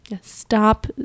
stop